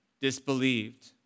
disbelieved